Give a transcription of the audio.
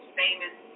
famous